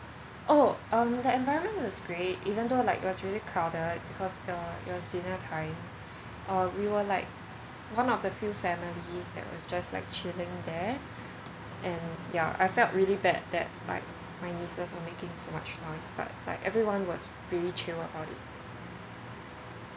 oh um the environment was great even though like it was really crowded because uh it was dinner time we were one of the few families that was just like chilling there and yeah I felt really bad that like my nieces were making so much noise but like everyone was really chill about it